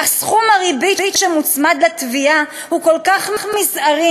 אך סכום הריבית שמוצמד לתביעה הוא כל כך מזערי,